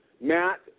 Matt